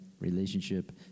relationship